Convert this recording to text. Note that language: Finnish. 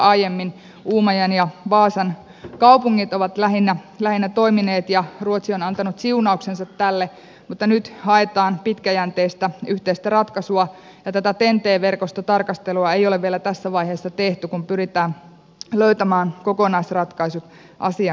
aiemmin uumajan ja vaasan kaupungit ovat lähinnä toimineet ja ruotsi on antanut siunauksensa tälle mutta nyt haetaan pitkäjänteistä yhteistä ratkaisua ja tätä ten t verkostotarkastelua ei ole vielä tässä vaiheessa tehty kun pyritään löytämään kokonaisratkaisu asian kanssa